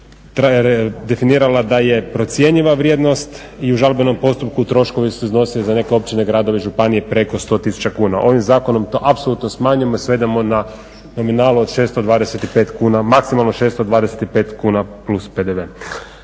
zakonu, definirala da je procjenjiva vrijednost i u žalbenom postupku troškovi su iznosili za neke općine, gradove i županije preko 100 tisuća kuna. Ovim zakonom to apsolutno smanjimo i svedemo na minimalu od 625 kuna, maksimalno 625 kuna plus PDV.